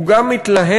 הוא גם מתלהם,